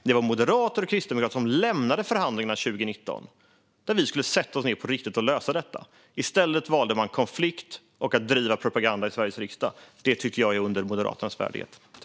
Det var moderater och kristdemokrater som lämnade förhandlingarna 2019, då vi skulle sätta oss ned på riktigt och lösa detta. I stället valde de konflikt och att driva propaganda i Sveriges riksdag. Det tycker jag är under Moderaternas värdighet.